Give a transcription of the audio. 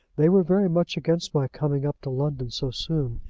they were very much against my coming up to london so soon.